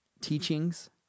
teachings